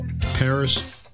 Paris